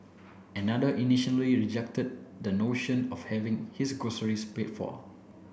another initially rejected the notion of having his groceries paid for